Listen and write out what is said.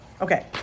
okay